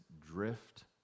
drift